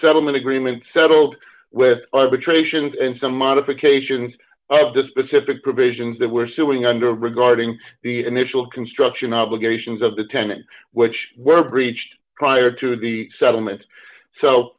settlement agreement settled with arbitration and some modifications of to specific provisions that we're suing under regarding the initial construction obligations of the tenant which were breached prior to the settlement so